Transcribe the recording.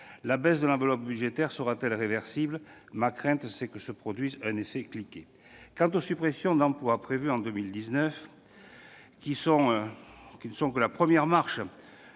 La baisse de l'enveloppe budgétaire sera-t-elle réversible ? Ma crainte est que ne se produise un « effet de cliquet ». Les suppressions d'emplois prévues en 2019- elles ne sont que la première marche